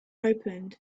opened